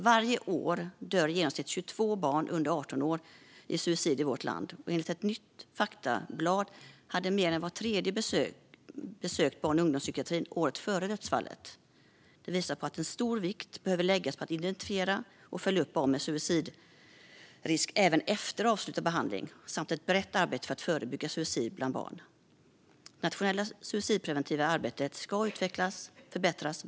Varje år dör i genomsnitt 22 barn under 18 år i suicid i vårt land, och enligt ett nytt faktablad hade mer än vart tredje besökt barn och ungdomspsykiatrin året före dödsfallet. Det visar att stor vikt behöver läggas vid att identifiera och följa upp barn med suicidrisk även efter avslutad behandling samt vid ett brett arbete för att förebygga suicid bland barn. Det nationella suicidpreventiva arbetet ska utvecklas och förbättras.